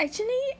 actually